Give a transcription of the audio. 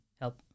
help